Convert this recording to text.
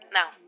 Now